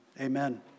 Amen